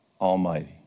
Almighty